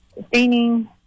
sustaining